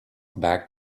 back